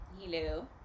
Hello